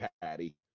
Patty